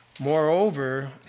Moreover